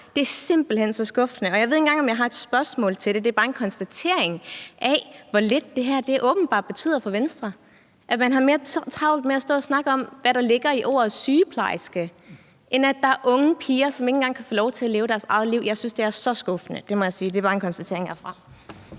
det er simpelt hen så skuffende. Jeg ved ikke engang, om jeg har et spørgsmål til det – det er bare en konstatering af, hvor lidt det her åbenbart betyder for Venstre. Man har mere travlt med at stå og snakke om, hvad der ligger i ordet sygeplejerske end at snakke om unge piger, som ikke engang kan få lov til at leve deres eget liv. Jeg synes, det er så skuffende – det må jeg sige. Det er bare en konstatering herfra.